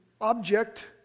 object